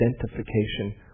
identification